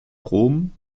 rom